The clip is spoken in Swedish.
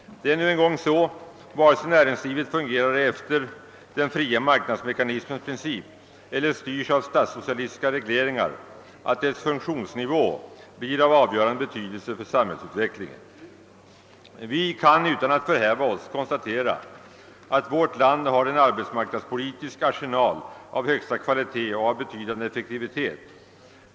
Det är nu en gång så, vare sig näringslivet fungerar efter den fria marknadsmekanismens princip eller styrs av statssocialistiska regleringar, att dess funktionsnivå blir av avgörande betydelse för samhällsutvecklingen. Vi kan utan att förhäva oss konstatera, att vårt land har en arbetsmarknadspolitisk arsenal av högsta kvalitet och av betydande effektivitet.